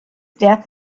death